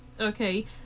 Okay